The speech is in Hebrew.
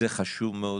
זה חשוב מאוד.